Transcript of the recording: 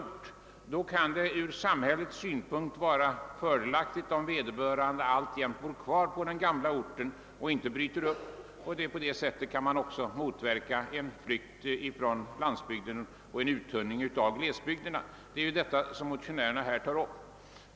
Det kan i sådana fall ur samhällets synpunkt vara fördelaktigt om vederbörande bor kvar på den gamla orten och inte behöver bryta upp. På det sättet kan man motverka en flykt från landsbygden och en uttunning av glesbygderna. Det är den frågan som motionärerna tar upp.